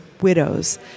widows